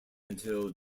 until